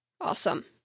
Awesome